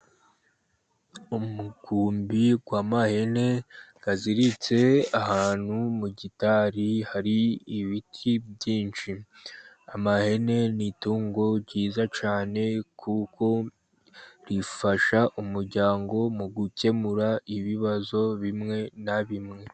Umukumbi w'amahene aziritse ahantu mu gitari, hari ibiti byinshi. Amahene ni itungo ryiza cyane, kuko rifasha umuryango mu gukemura ibibazo bimwe na bimwe.